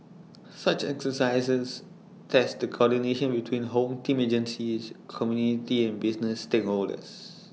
such exercises test the coordination between home team agencies community and business stakeholders